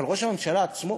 אבל ראש הממשלה עצמו?